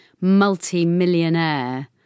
multi-millionaire